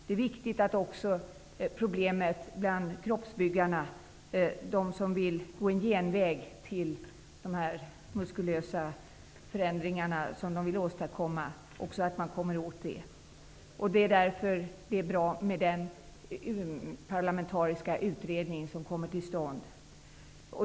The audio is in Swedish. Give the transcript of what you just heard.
Det är viktigt att man också kommer åt problemet bland kroppsbyggarna, bland dem som vill gå en genväg beträffande de muskulösa förändringar som önskas. Därför är det bra att en parlamentarisk utredning kommer till stånd.